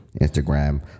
Instagram